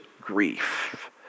grief